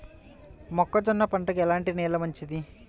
మొక్క జొన్న పంటకు ఎలాంటి నేల మంచిది?